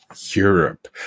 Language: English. Europe